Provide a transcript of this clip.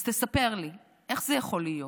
אז תספרי לי, איך זה יכול להיות?